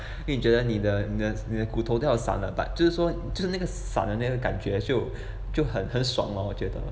因为你觉得你的你的你的骨头都要散了 but 就是说就是那个散的感觉就就很爽 lor 我觉得